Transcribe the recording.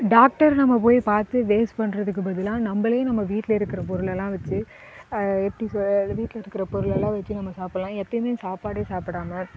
doctor நம்ம போய் பார்த்து வேஸ்ட் பண்றதுக்கு பதிலாக நம்மளே நம்ம வீட்டில் இருக்கிற பொருளல்லாம் வச்சு எப்படி சொல்கிறது வீட்டில் இருக்கிற பொருளல்லாம் வச்சு நம்ம சாப்பிடலாம் எப்போயுமே சாப்பாடே சாப்பிடாமல்